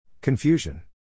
Confusion